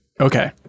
Okay